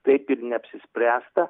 taip ir neapsispręsta